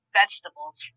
vegetables